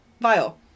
Vile